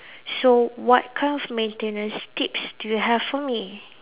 so what kind of maintenance tips do you have for me